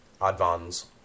advans